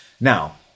Now